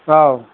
औ